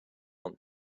want